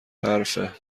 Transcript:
حرفه